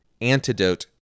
antidote